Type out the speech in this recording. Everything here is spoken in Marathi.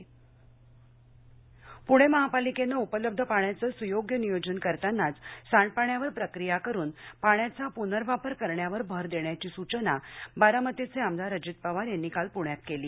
अजित पवार प्णे महापालिकेनं उपलब्ध पाण्याचं सुयोग्य नियोजन करतानाच सांडपाण्यावर प्रक्रिया करून पाण्याचा प्नर्वापर करण्यावर भर देण्याची सूचना बारामतीचे आमदार अजित पवार यांनी काल पुण्यात केली